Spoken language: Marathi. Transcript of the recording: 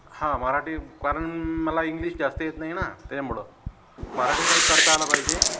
हां मराठी कारण मला इंग्लिश जास्त येत नाही ना त्याच्यामुळं मराठी टाईप करता आला पाहिजे